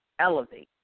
Elevate